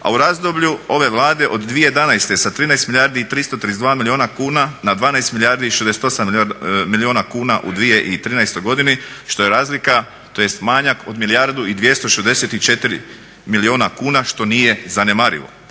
a u razdoblju ove Vlade od 2011. sa 13 milijardi i 332 milijuna kuna na 12 milijardi i 68 milijuna kuna u 2013. godini što je razlika, tj. manjak od milijardu i 264 milijuna kuna što nije zanemarivo.